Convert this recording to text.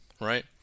right